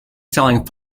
selling